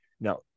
Now